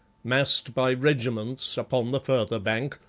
massed by regiments upon the further bank,